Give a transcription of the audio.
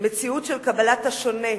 למציאות של קבלת השונה,